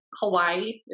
Hawaii